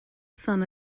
son